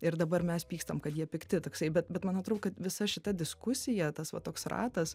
ir dabar mes pykstam kad jie pikti toksai bet bet man kad visa šita diskusija tas va toks ratas